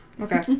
Okay